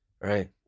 right